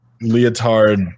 leotard